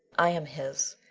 i am his,